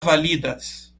validas